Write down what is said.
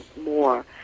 more